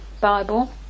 Bible